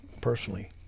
personally